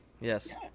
Yes